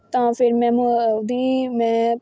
ਤਾਂ ਫਿਰ ਮੈਨੂੰ ਉਹਦੀ ਮੈਂ